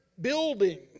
building